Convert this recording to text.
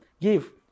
give